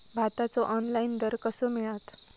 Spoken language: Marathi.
भाताचो ऑनलाइन दर कसो मिळात?